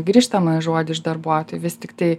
grįžtamąjį žodį iš darbuotojų vis tiktai